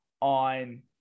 on